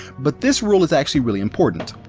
but this rule is actually really important.